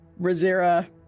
Razira